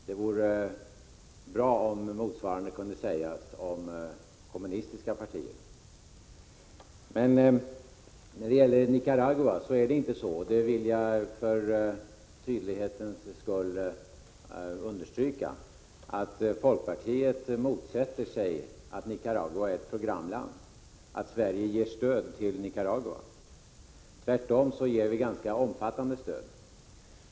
Det vore bra om motsvarande kunde sägas om kommunistiska partier. När det gäller Nicaragua vill jag för tydlighetens skull understryka att folkpartiet inte motsätter sig att Nicaragua är ett programland. Vi motsätter oss inte att Sverige ger stöd till Nicaragua. Tvärtom förordar vi ett ganska omfattande stöd.